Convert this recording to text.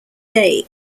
day